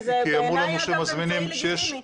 כי זה בעיניי אגב אמצעי לגיטימי.